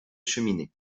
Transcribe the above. cheminée